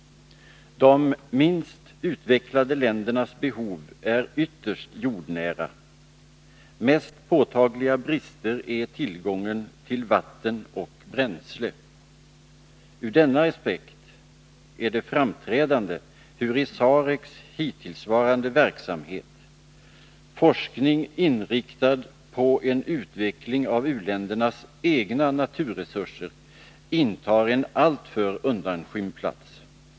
De minst utvecklade ländernas behov är ytterst jordnära. Mest påtagligt brister tillgången på vatten och bränsle. Ur denna aspekt är det framträdande hur i SAREC:s hittillsvarande verksamhet forskning inriktad på en utveckling av u-ländernas egna naturresurser intar en alltför undanskymd plats.